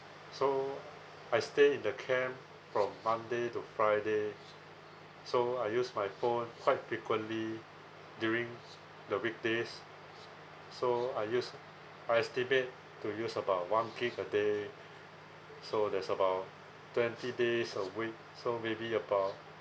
so I stay in the camp from monday to friday so I use my phone quite frequently during the weekdays so I use I estimate to use about one gig a day so that's about twenty days a week so maybe about